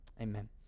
Amen